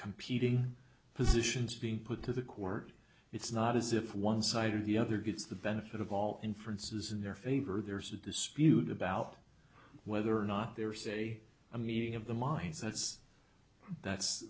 competing positions being put to the court it's not as if one side or the other gets the benefit of all inferences in their favor there's a dispute about whether or not there are say a meeting of the minds that's that's